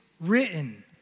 written